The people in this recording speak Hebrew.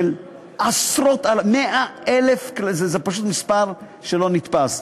של 100,000 כלבים, זה פשוט מספר שלא נתפס.